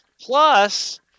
Plus